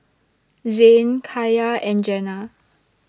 Zayne Kaia and Jenna